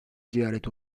ziyaret